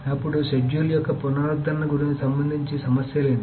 అప్పుడు షెడ్యూల్ యొక్క పునరుద్ధరణకు సంబంధించి సమస్య లేదు